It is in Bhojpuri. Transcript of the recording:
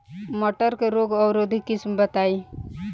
मटर के रोग अवरोधी किस्म बताई?